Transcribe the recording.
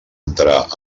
entrar